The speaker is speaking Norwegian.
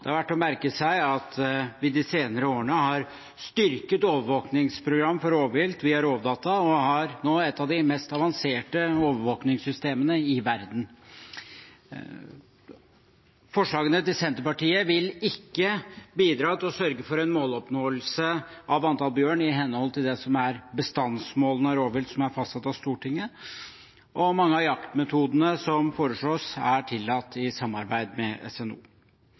Det er verdt å merke seg at vi de senere årene har styrket overvåkningsprogram for rovvilt via Rovdata, og har nå et av de mest avanserte overvåkningssystemene i verden. Forslagene fra Senterpartiet vil ikke bidra til å sørge for en måloppnåelse for antall bjørn i henhold til bestandsmålene for rovvilt, som er fastsatt av Stortinget, og mange av jaktmetodene som foreslås, er tillatt i samarbeid med SNO.